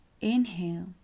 inhale